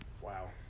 wow